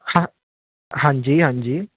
ਹਾਂ ਹਾਂਜੀ ਹਾਂਜੀ